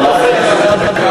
חברת הכנסת,